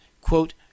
quote